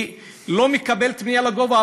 היא לא מקבלת בנייה לגובה,